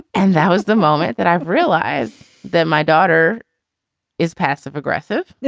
and that was the moment that i realized that my daughter is passive aggressive